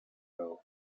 though